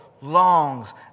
longs